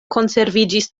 konserviĝis